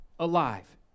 alive